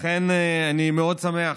לכן, אני מאוד שמח,